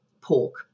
pork